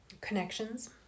connections